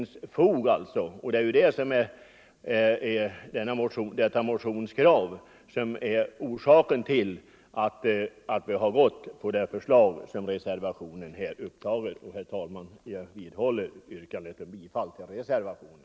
Det är detta motionskrav som föranlett oss att biträda reservationens förslag. Herr talman! Jag vidhåller yrkandet om bifall till reservationen.